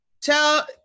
tell